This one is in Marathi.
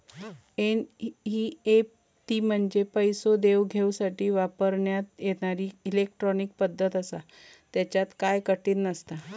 एनईएफटी म्हंजे पैसो देवघेवसाठी वापरण्यात येणारी इलेट्रॉनिक पद्धत आसा, त्येच्यात काय कठीण नसता